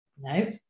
No